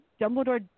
Dumbledore